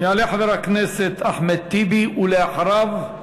יעלה חבר הכנסת אחמד טיבי, ואחריו,